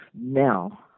now